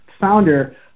founder